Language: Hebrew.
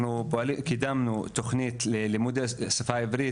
אנחנו קידמנו תוכנית ללימודי השפה העברית